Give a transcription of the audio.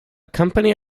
company